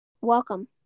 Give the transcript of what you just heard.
Welcome